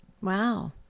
Wow